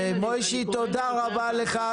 תודה רבה לך,